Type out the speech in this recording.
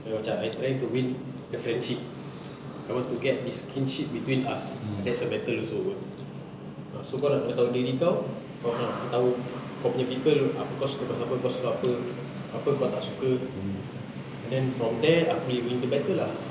abeh macam I trying to win a friendship I want to get this kinship between us that's a battle also [pe] so kau nak kena tahu diri kau kau kena tahu kau punya people apa kau suka pasal apa kau suka apa apa kau tak suka and then from there aku boleh win the battle lah